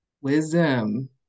Wisdom